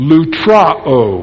Lutrao